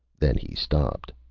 then he stopped.